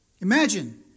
Imagine